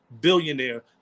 billionaire